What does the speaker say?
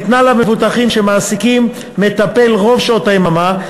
ניתנה למבוטחים שמעסיקים מטפל רוב שעות היממה,